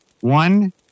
One